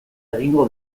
egingo